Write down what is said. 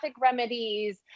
remedies